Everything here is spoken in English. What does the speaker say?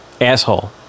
Asshole